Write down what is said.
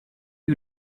you